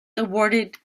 awarded